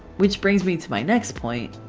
which brings me to my next point.